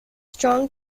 strong